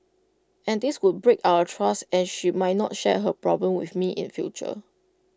and this would break our trust and she might not share her problems with me in future